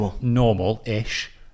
normal-ish